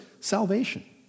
salvation